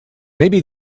maybe